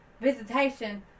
visitation